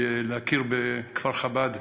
להכיר בכפר-חב"ד,